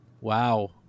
wow